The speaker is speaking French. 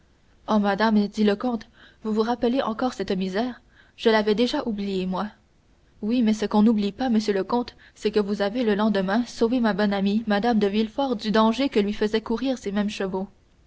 oh madame dit le comte vous vous rappelez encore cette misère je l'avais déjà oubliée moi oui mais ce qu'on n'oublie pas monsieur le comte c'est que vous avez le lendemain sauvé ma bonne amie mme de villefort du danger que lui faisaient courir ces mêmes